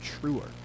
truer